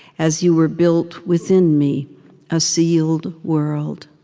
as you were built within me a sealed world.